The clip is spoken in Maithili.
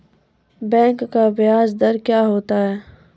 बैंक का ब्याज दर क्या होता हैं?